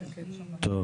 טוב,